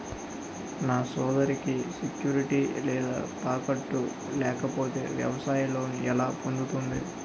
నా సోదరికి సెక్యూరిటీ లేదా తాకట్టు లేకపోతే వ్యవసాయ లోన్ ఎలా పొందుతుంది?